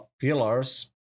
pillars